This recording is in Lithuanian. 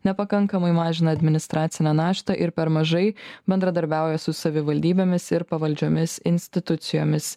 nepakankamai mažina administracinę naštą ir per mažai bendradarbiauja su savivaldybėmis ir pavaldžiomis institucijomis